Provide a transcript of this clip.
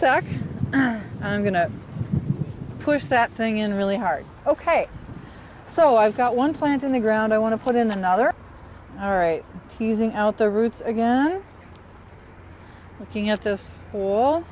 second i'm going to push that thing in really hard ok so i've got one plant in the ground i want to put in another all right teasing out the roots again looking at this